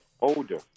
older